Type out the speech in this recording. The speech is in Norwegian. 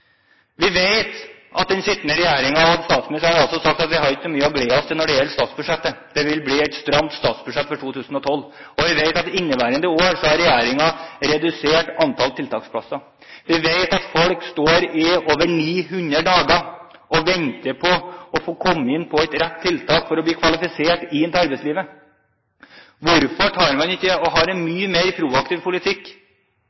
Vi vet at den sittende regjeringen – og også statsministeren – har sagt at vi har ikke mye å glede oss til når det gjelder statsbudsjettet. Det vil bli et stramt statsbudsjett for 2012, og vi vet at i inneværende år har regjeringen redusert antall tiltaksplasser. Vi vet at folk venter i over 900 dager på å få komme inn på et rett tiltak for å bli kvalifisert inn til arbeidslivet. Hvorfor har man ikke